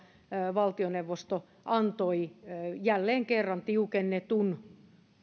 valtioneuvosto antoi jälleen kerran tiukennetun